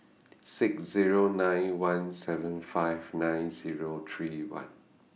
six Zero nine one seven five nine Zero three one